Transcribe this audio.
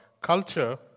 Culture